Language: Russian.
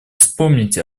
вспомнить